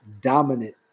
dominant